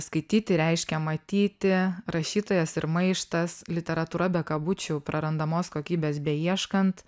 skaityti reiškia matyti rašytojas ir maištas literatūra be kabučių prarandamos kokybės beieškant